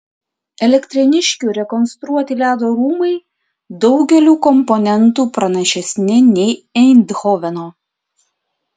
elektrėniškių rekonstruoti ledo rūmai daugeliu komponentų pranašesni nei eindhoveno